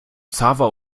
xaver